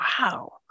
Wow